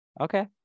Okay